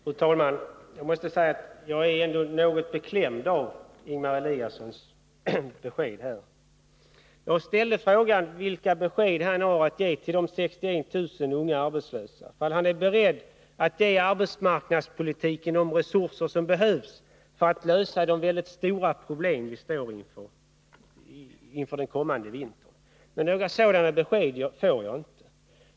Fru talman! Jag måste säga: Jag är något beklämd av Ingemar Eliassons besked. Jag frågade vilka besked han har att ge till de 61 000 unga arbetslösa, om han är beredd att ge arbetsmarknadspolitiken de resurser som behövs för att lösa de mycket stora problem som vi har framför oss inför den kommande vintern. Men några sådana besked får jag inte.